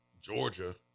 Georgia